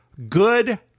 Good